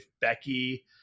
Becky